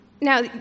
now